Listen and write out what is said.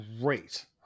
Great